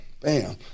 bam